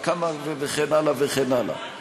וכן הלאה וכן הלאה.